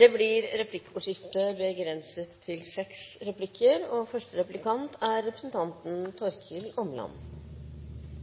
Det blir replikkordskifte. Det er stor enighet om det sikkerhetspolitiske samarbeidet som nå foregår i Norden, og